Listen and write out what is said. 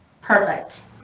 Perfect